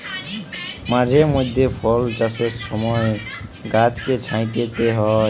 মাঝে মইধ্যে ফল চাষের ছময় গাহাচকে ছাঁইটতে হ্যয়